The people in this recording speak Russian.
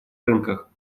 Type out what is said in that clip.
рынках